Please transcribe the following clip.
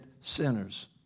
sinners